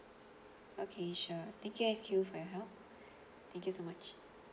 okay sure thank you X Q for your help thank you so much